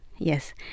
Yes